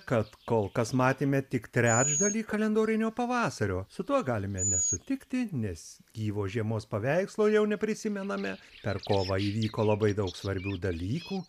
kad kol kas matėme tik trečdalį kalendorinio pavasario su tuo galime nesutikti nes gyvo žiemos paveikslo jau neprisimename per kovą įvyko labai daug svarbių dalykų